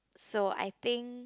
so I think